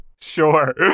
Sure